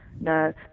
no